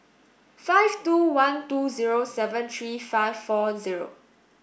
five two one two zero seven three five four zero